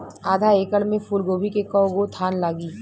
आधा एकड़ में फूलगोभी के कव गो थान लागी?